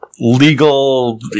legal